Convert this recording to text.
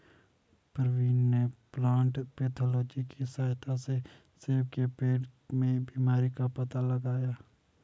प्रवीण ने plant pathology की सहायता से सेब के पेड़ में बीमारी का पता लगाया